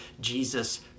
Jesus